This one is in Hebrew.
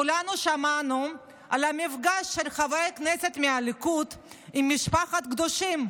כולנו שמענו על המפגש של חברי כנסת מהליכוד עם משפחת קדושים,